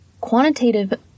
Quantitative